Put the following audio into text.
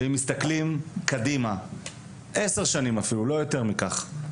ואם מסתכלים קדימה 10 שנים ולא יותר מכך,